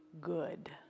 good